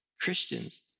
Christians